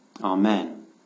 amen